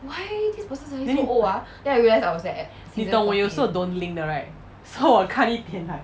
then 你懂我有时候 don't link 的 right